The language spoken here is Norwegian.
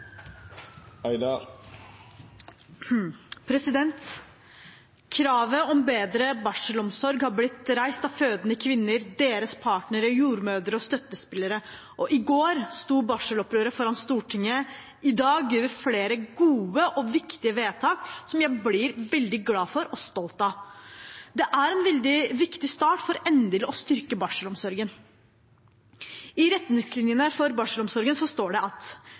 Kravet om bedre barselomsorg har blitt reist av fødende kvinner, deres partnere, jordmødre og støttespillere. I går sto Barselopprøret foran Stortinget, i dag gjør vi flere gode og viktige vedtak som jeg blir veldig glad for og stolt av. Det er en veldig viktig start for endelig å styrke barselomsorgen. I retningslinjene for barselomsorgen står det at